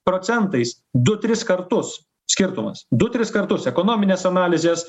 procentais du tris kartus skirtumas du tris kartus ekonominės analizės